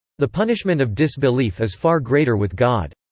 the punishment of disbelief is far greater with god.